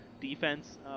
Defense